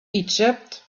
egypt